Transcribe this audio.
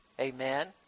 Amen